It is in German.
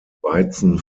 weizen